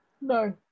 No